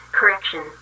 Correction